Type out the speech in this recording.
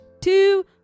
two